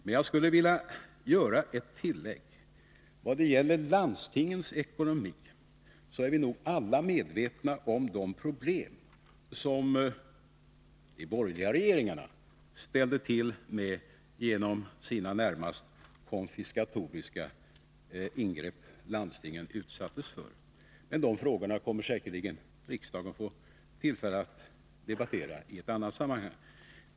Men jag skulle vilja göra ett tillägg i vad gäller landstingens ekonomi. Vi är nog alla medvetna om de problem som de borgerliga regeringarna ställde till med genom de närmast konfiskatoriska Ke ingrepp som landstingen utsattes för. Men de frågorna kommer säkerligen riksdagen att få tillfälle att debattera i ett annat sammanhang.